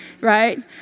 right